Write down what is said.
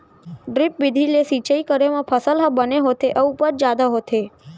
drip बिधि ले सिंचई करे म फसल ह बने होथे अउ उपज जादा होथे